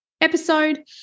episode